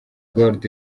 gold